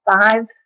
five